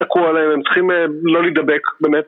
הם צריכים לא להדבק